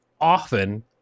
often